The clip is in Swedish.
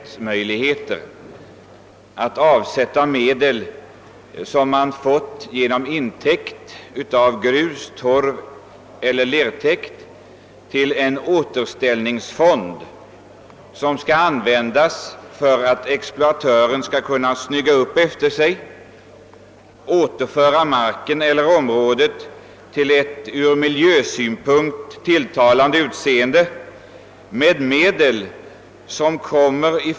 Vad motionärer och reservanter i detta fall vill är att medel från intäkter av grus-, torveller lertäkt skall få avsättas till en återställningsfond, där medlen skall kunna användas av exploatören för att snygga upp och återge marken eller området ett ur miljösynpunkt tilltalande utseende.